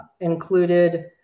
included